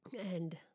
and-